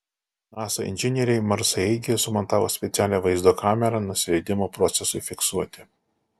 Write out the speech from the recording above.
nasa inžinieriai marsaeigyje sumontavo specialią vaizdo kamerą nusileidimo procesui fiksuoti